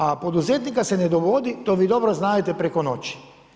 A poduzetnika se ne dovodi to vi dobro znadete preko noći.